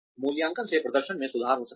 मूल्यांकन से प्रदर्शन में सुधार हो सकता है